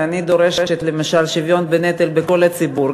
אני דורשת למשל שוויון בנטל בכל הציבור,